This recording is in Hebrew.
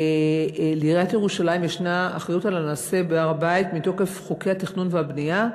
לעיריית ירושלים יש אחריות לנעשה בהר-הבית מתוקף חוקי התכנון והבנייה,